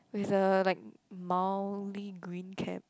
with a like mildly green cap